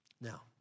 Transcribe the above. Now